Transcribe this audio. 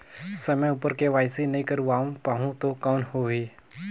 समय उपर के.वाई.सी नइ करवाय पाहुं तो कौन होही?